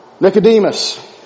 Nicodemus